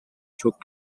çok